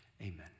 Amen